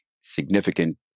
significant